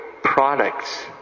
products